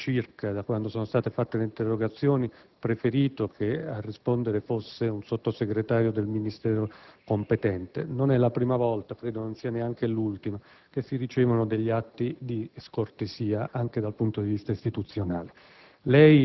circa da quando sono state presentate le interrogazioni, avrei preferito che a rispondere fosse un Sottosegretario del Ministero competente. Non è la prima volta - credo non sia neanche l'ultima - che si ricevono degli atti di scortesia anche dal punto di vista istituzionale.